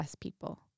people